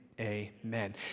amen